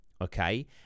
okay